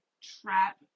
trap